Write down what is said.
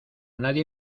nadie